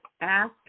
Ask